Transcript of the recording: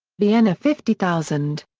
vienna fifty thousand.